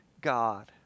God